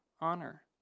honor